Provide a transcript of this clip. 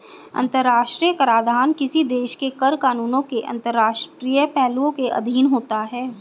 अंतर्राष्ट्रीय कराधान किसी देश के कर कानूनों के अंतर्राष्ट्रीय पहलुओं के अधीन होता है